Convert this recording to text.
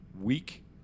week